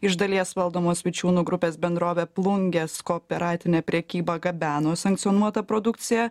iš dalies valdomos vičiūnų grupės bendrovė plungės kooperatinė prekyba gabeno sankcionuotą produkciją